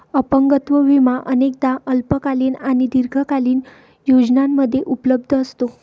अपंगत्व विमा अनेकदा अल्पकालीन आणि दीर्घकालीन योजनांमध्ये उपलब्ध असतो